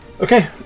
okay